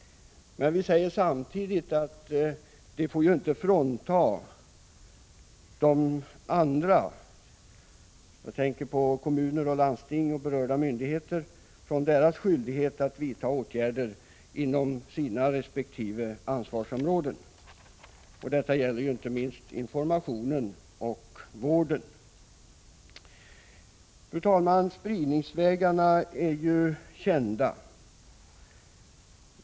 Vi säger samtidigt att man därmed inte får frånta andra — jag tänker på kommuner, landsting och berörda myndigheter — deras skyldigheter att vidta åtgärder inom sina resp. ansvarsområden. Detta gäller inte minst informationen och vården. Fru talman! Spridningsvägarna är ju kända.